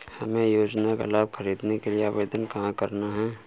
हमें योजना का लाभ ख़रीदने के लिए आवेदन कहाँ करना है?